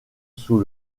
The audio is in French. sous